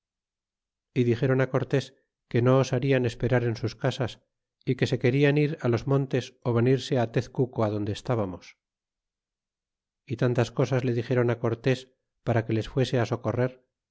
y dixeron cortes que no osarian esperar en sus casas é que se querían ir los montes ó venirse tezc tic o adonde estábamos y tantas cosas le dixéron cortés para que les fuese socorrer